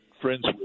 friends